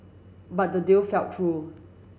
but the deal fell through